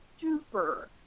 super